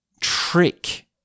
trick